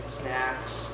snacks